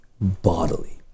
bodily